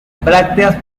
brácteas